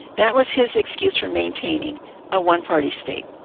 that was his excuse for maintaining a one-party state.